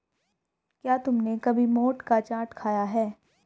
क्या तुमने कभी मोठ का चाट खाया है?